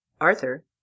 arthur